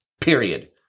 period